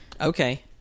Okay